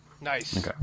Nice